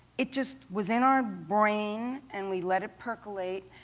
it just was in our brain, and we let it percolate,